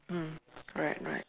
mm right right